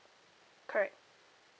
correct